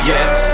Yes